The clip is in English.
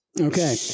Okay